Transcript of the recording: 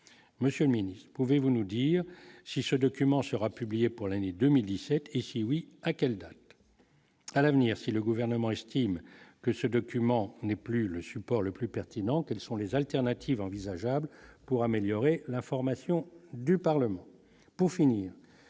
monsieur le Ministre, pouvez-vous nous dire si ce document sera publié pour l'année 2017 et si oui à quelle date. à l'avenir, si le gouvernement estime que ce document n'est plus le support le plus pertinent, quelles sont les alternatives envisageables pour améliorer l'information du Parlement